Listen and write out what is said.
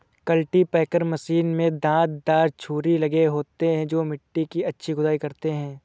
cultipacker machine में दांत दार छुरी लगे होते हैं जो मिट्टी की अच्छी खुदाई करते हैं